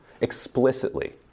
explicitly